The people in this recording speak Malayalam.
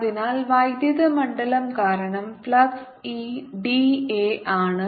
അതിനാൽ വൈദ്യുത മണ്ഡലം കാരണം ഫ്ലക്സ് E da ആണ്